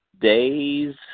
Days